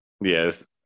Yes